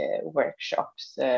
workshops